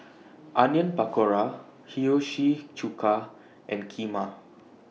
Onion Pakora Hiyashi Chuka and Kheema